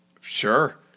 Sure